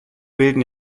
bilden